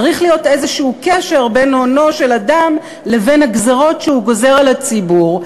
צריך להיות איזה קשר בין הונו של אדם לבין הגזירות שהוא גוזר על הציבור,